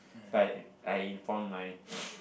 but I informed my